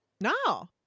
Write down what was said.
no